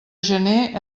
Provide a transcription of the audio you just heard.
gener